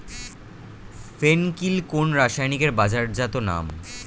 ফেন কিল কোন রাসায়নিকের বাজারজাত নাম?